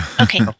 Okay